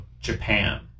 japan